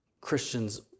Christians